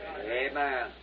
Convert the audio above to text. Amen